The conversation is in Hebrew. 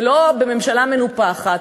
ולא בממשלה מנופחת,